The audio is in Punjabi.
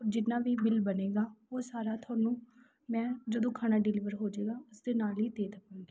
ਜਿੰਨਾਂ ਵੀ ਬਿੱਲ ਬਣੇਗਾ ਉਹ ਸਾਰਾ ਤੁਹਾਨੂੰ ਮੈਂ ਜਦੋਂ ਖਾਣਾ ਡਿਲੀਵਰ ਹੋਜੇਗਾ ਉਸ ਦੇ ਨਾਲ ਹੀ ਦੇ ਦੇਵਾਂਗੀ